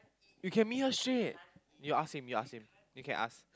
we can meet her straight you ask him you ask him you can ask